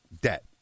debt